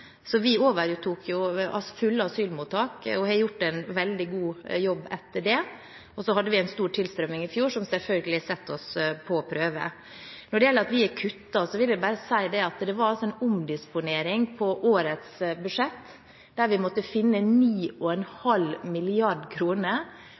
Vi overtok fulle asylmottak og har gjort en veldig god jobb etter det. Så hadde vi en stor tilstrømming i fjor som selvfølgelig setter oss på prøve. Når det gjelder det at vi har kuttet, vil jeg bare si at det var en omdisponering på årets budsjett der vi måtte finne